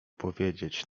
powiedzieć